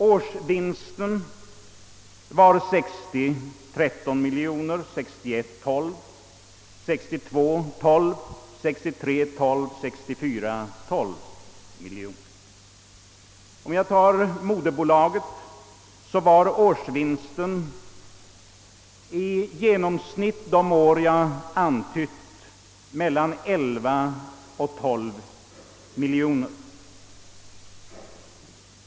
Årsvinsten var år 1960 13 miljoner, 1961 12 miljoner, 1962 12 miljoner, 1963 12 miljoner och 1964 12 miljoner kronor. Moderbolaget hade i genomsnitt under de år jag nämnde en årsvinst på mellan 11 och 12 miljoner kronor.